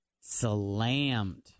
slammed